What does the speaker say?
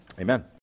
amen